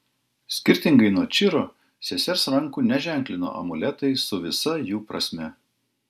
skirtingai nuo čiro sesers rankų neženklino amuletai su visa jų prasme